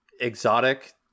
Exotic